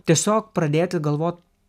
tiesiog pradėti galvo